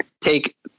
take